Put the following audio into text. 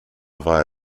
via